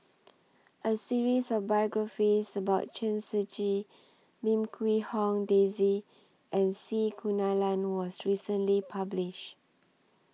A series of biographies about Chen Shiji Lim Quee Hong Daisy and C Kunalan was recently published